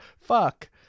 Fuck